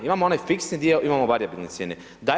Imamo onaj fiksni dio, imamo varijabilne cijene.